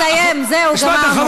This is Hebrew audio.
סיים, זהו, גמרנו.